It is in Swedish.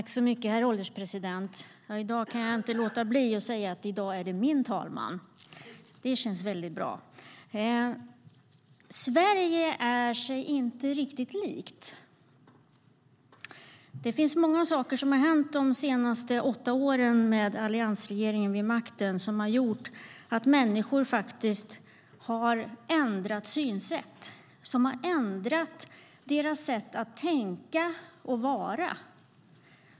Herr ålderspresident! Jag kan inte låta bli att säga att i dag är det min talman. Det känns bra. Sverige är sig inte riktigt likt. Det hände många saker under de åtta åren med alliansregeringen vid makten som ändrade människors synsätt och deras sätt att tänka och vara.